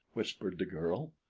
whispered the girl.